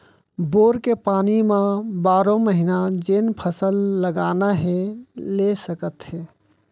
bore के पानी म बारो महिना जेन फसल लगाना हे ले सकत हे